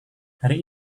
hari